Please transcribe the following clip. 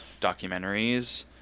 documentaries